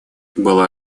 была